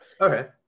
Okay